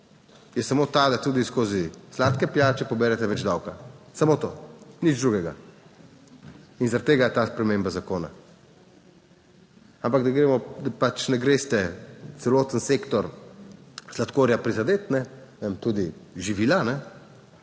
je samo ta, da tudi skozi sladke pijače poberete več davka. Samo to, nič drugega. In zaradi tega je ta sprememba zakona. Ampak, da pač ne greste v celoten sektor sladkorja prizadeti, tudi živila, ste